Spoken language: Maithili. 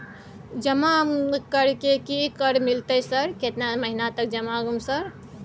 जमा कर के की कर मिलते है सर केतना महीना तक जमा सर?